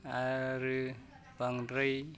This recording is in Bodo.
आरो बांद्राय